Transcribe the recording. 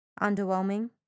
Underwhelming